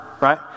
right